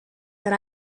that